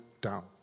down